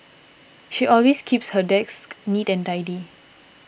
she always keeps her desk neat and tidy